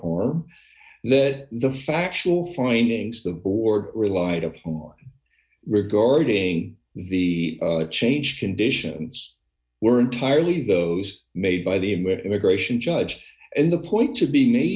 or that the factual findings the board relied upon regarding the change conditions were entirely those made by the him or immigration judge and the point to be made